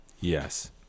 Yes